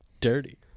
dirty